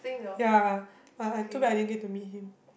ya but too bad I didn't get to meet him